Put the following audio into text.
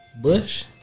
Bush